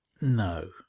No